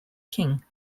king